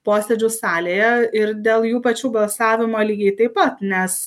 posėdžių salėje ir dėl jų pačių balsavimo lygiai taip pat nes